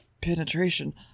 penetration